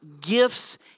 gifts